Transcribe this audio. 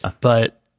But-